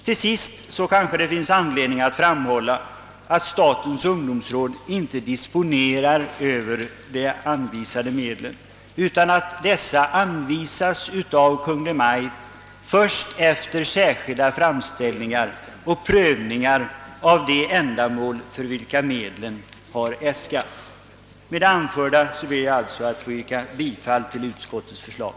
Till sist kanske det finns anledning framhålla att statens ungdomsråd inte disponerar över de anvisade medlen utan att dessa anvisas av Kungl. Maj:t först efter särskilda framställningar och prövningar av de ändamål för vilka medlen har äskats. Med det anförda ber jag alltså att få yrka bifall till utskottets förslag.